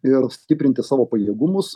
ir stiprinti savo pajėgumus